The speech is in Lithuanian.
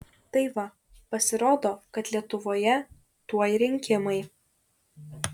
tai va pasirodo kad lietuvoje tuoj rinkimai